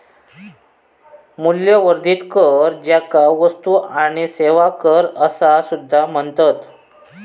मूल्यवर्धित कर, ज्याका वस्तू आणि सेवा कर असा सुद्धा म्हणतत